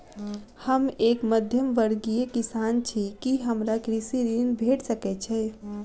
हम एक मध्यमवर्गीय किसान छी, की हमरा कृषि ऋण भेट सकय छई?